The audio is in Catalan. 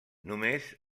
només